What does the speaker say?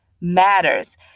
matters